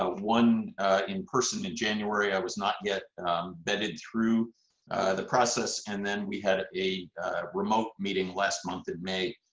ah one in person in january. i was not yet vetted through the process. and then we had a remote meeting last month in may,